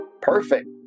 perfect